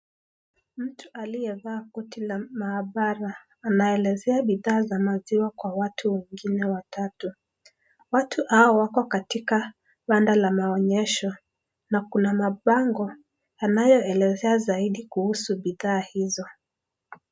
Mtu aliyevaa koti la maabara anayeelezea bidhaa za maziwa kwa watu wengine watatu. Watu hao wako katika banda la maonyesho na kuna mabango yanayoelezea zaidi kuhusu bidhaa hizo.